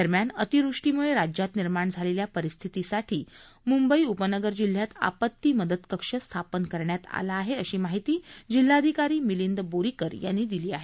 दरम्यान अतिवृष्टीमुळे राज्यात निर्माण झालेल्या परिस्थितीसाठी मुंबई उपनगर जिल्ह्यात आपती मदत कक्ष स्थापन करण्यात आला आहे अशी माहिती जिल्हाधिकारी मिलिंद बोरिकर यांनी दिली आहे